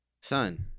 son